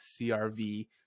CRV